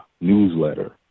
newsletter